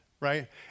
right